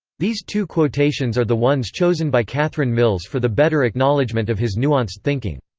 these two quotations are the ones chosen by kathryn mills for the better acknowledgement of his nuanced thinking.